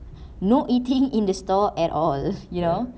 no eating in the store at all you know